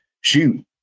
shoot